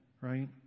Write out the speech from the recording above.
right